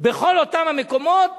בכל אותם מקומות